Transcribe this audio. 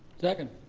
second.